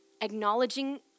acknowledging